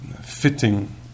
fitting